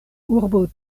urbo